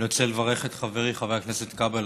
אני רוצה לברך את חברי חבר הכנסת כבל,